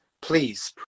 Please